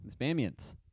Spamians